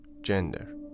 Gender